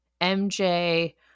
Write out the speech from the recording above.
MJ